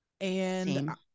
and-